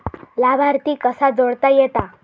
लाभार्थी कसा जोडता येता?